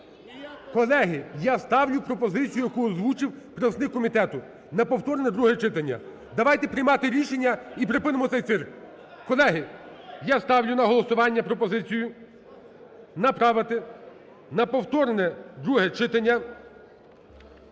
Колеги, я ставлю пропозицію, яку озвучив представник комітету, на повторне друге читання. Давайте приймати рішення і припинимо цей цирк. Колеги, я ставлю на голосування пропозицію: направити на повторне друге читання